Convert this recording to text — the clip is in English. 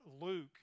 Luke